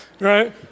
right